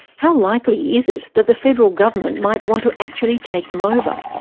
how likely is it that the federal government might want to actually take them over?